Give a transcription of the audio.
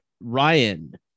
Ryan